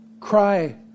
Cry